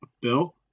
Bill